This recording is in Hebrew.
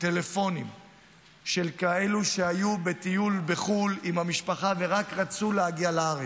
טלפונים של כאלה שהיו בטיול בחו"ל עם המשפחה ורק רצו להגיע לארץ,